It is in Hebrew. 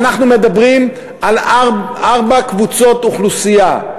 אנחנו מדברים על ארבע קבוצות אוכלוסייה: